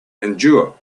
endure